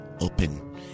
open